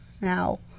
Now